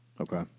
Okay